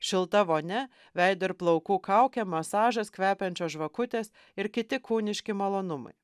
šilta vonia veido ir plaukų kaukė masažas kvepiančios žvakutės ir kiti kūniški malonumai